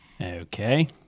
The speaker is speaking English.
Okay